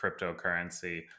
cryptocurrency